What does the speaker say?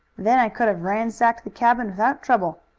then i could have ransacked the cabin without trouble.